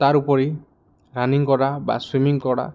তাৰ উপৰি ৰানিং কৰা বা চুইমিং কৰা